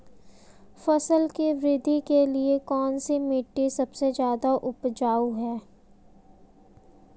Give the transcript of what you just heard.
फसल की वृद्धि के लिए कौनसी मिट्टी सबसे ज्यादा उपजाऊ है?